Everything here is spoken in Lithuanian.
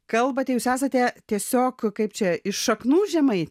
kalbate jūs esate tiesiog kaip čia iš šaknų žemaitė